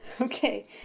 Okay